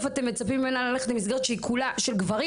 אתם מצפים ממנה ללכת למסגרת שכולה גברים,